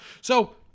so-